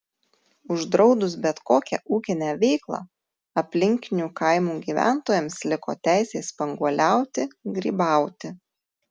uždraudus bet kokią ūkinę veiklą aplinkinių kaimų gyventojams liko teisė spanguoliauti grybauti